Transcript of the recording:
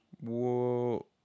Whoa